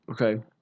Okay